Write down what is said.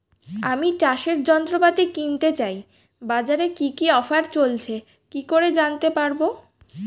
আমি চাষের যন্ত্রপাতি কিনতে চাই বাজারে কি কি অফার চলছে কি করে জানতে পারবো?